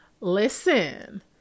Listen